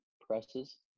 presses